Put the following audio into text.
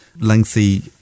lengthy